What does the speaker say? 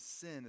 sin